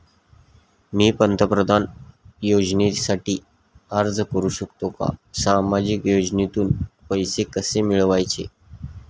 मी पंतप्रधान योजनेसाठी अर्ज करु शकतो का? सामाजिक योजनेतून पैसे कसे मिळवायचे